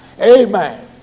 Amen